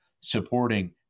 supporting